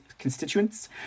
constituents